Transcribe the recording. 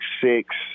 six